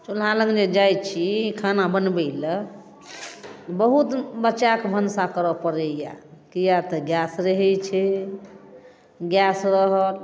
चुल्हालग जे जाए छी खाना बनबैलए बहुत बचाकऽ भनसा करऽ पड़ैए किएक तऽ गैस रहै छै गैस रहल